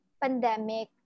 pandemic